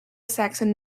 saxon